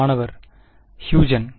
மாணவர் ஹுய்கென் Huygen